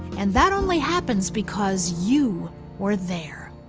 and that only happens, because you were there.